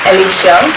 Alicia